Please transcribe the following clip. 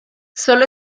solo